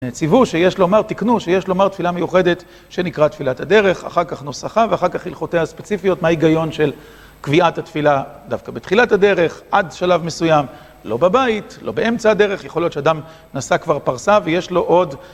ציוו, שיש לומר, תיקנו, שיש לומר, תפילה מיוחדת שנקרא תפילת הדרך, אחר כך נוסחה ואחר כך הלכותיה הספציפיות, מה היגיון של קביעת התפילה דווקא בתחילת הדרך, עד שלב מסוים, לא בבית, לא באמצע הדרך, יכול להיות שאדם נסע כבר פרסה ויש לו עוד...